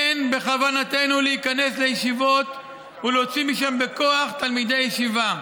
אין בכוונתנו להיכנס לישיבות ולהוציא משם בכוח תלמידי ישיבה.